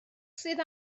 sydd